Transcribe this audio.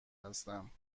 هستم